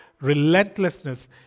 relentlessness